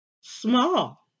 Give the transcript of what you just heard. small